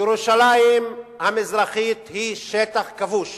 ירושלים המזרחית היא שטח כבוש